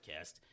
podcast